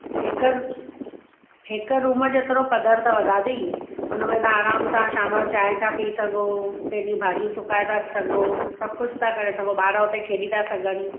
हिकु हिकु रूम जेतिरो पदर अथव दादी हुनमें तव्हां आराम सां शाम जो चांहि था पी सघो पंहिंजूं भाॼियूं सुकाए था सघो सभु कुझु करे था सघो ॿार हुते खेली था सघनि